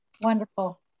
Wonderful